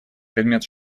предмет